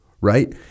right